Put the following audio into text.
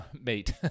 mate